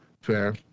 Fair